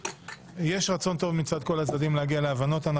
יש רצון טוב מצד כל הצדדים להגיע להבנות.